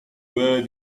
where